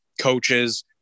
Coaches